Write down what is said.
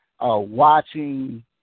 watching